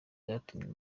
yatumye